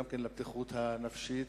גם לבטיחות הנפשית,